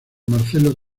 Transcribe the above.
marcelo